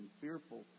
fearful